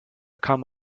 come